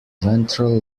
ventral